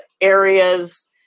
areas